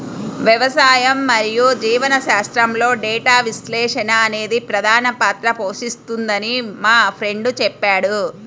వ్యవసాయం మరియు జీవశాస్త్రంలో డేటా విశ్లేషణ అనేది ప్రధాన పాత్ర పోషిస్తుందని మా ఫ్రెండు చెప్పాడు